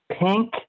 pink